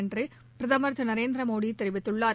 என்று பிரதமர் திரு நரேந்திரமோடி தெரிவித்துள்ளார்